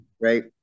right